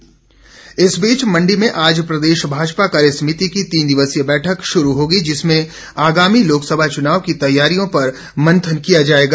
भाजपा बैठक इस बीच मंडी में आज प्रदेश भाजपा कार्यसमिति की तीन दिवसीय बैठक शुरू होगी जिसमें आगामी लोकसभा चुनाव की तैयारियों पर मंथन किया जाएगा